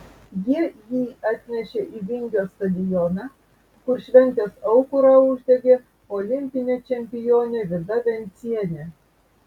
jie jį atnešė į vingio stadioną kur šventės aukurą uždegė olimpinė čempionė vida vencienė